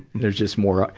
there's just more, ah,